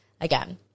again